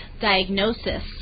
diagnosis